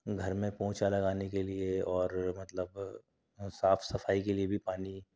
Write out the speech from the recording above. گھر میں پونچھا لگانے کے لئے اور مطلب صاف صفائی کے لئے بھی پانی